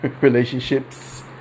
relationships